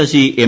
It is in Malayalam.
ശശി എം